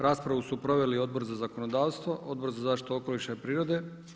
Raspravu su proveli Odbor za zakonodavstvo, Odbor za zaštitu okoliša i prirode.